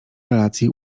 relacji